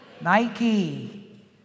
Nike